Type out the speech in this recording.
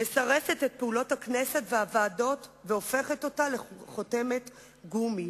מסרסת את פעולות הכנסת והוועדות והופכת אותה לחותמת גומי.